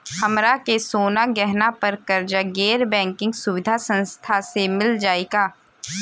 हमरा के सोना गहना पर कर्जा गैर बैंकिंग सुविधा संस्था से मिल जाई का?